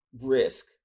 risk